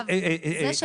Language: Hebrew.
עידית,